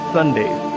Sundays